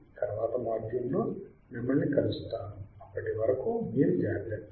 తరువాతి మాడ్యూల్లో మిమ్మల్ని కలుస్తాను అప్పటి వరకు మీరు జాగ్రత్త